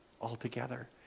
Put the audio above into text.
altogether